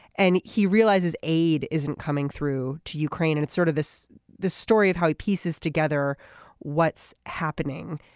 and he realizes aid isn't coming through to ukraine and sort of this the story of how he pieces together what's happening.